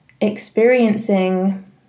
experiencing